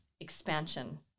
Expansion